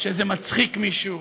שזה מצחיק מישהו